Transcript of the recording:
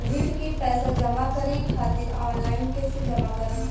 ऋण के पैसा जमा करें खातिर ऑनलाइन कइसे जमा करम?